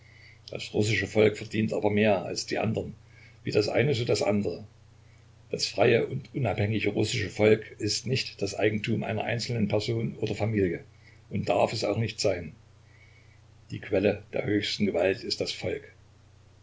das russische volk verdient aber mehr als die andern wie das eine so das andere das freie und unabhängige russische volk ist nicht das eigentum einer einzelnen person oder familie und darf es auch nicht sein die quelle der höchsten gewalt ist das volk